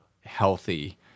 healthy